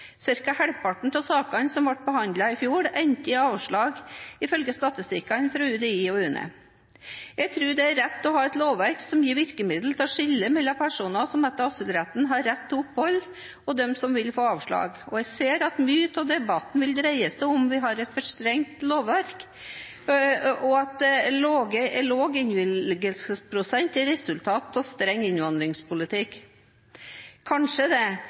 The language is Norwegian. Cirka halvparten av sakene som ble behandlet i fjor, endte i avslag, ifølge statistikkene fra UDI og UNE. Jeg tror det er rett å ha et lovverk som gir virkemidler til å skille mellom personer som etter asylretten har rett til opphold, og dem som vil få avslag. Jeg ser at mye av debatten vil dreie seg om vi har et for strengt lovverk, og at lav innvilgelsesprosent er et resultat av en streng innvandringspolitikk. Kanskje det,